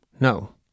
no